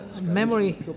memory